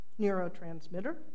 neurotransmitter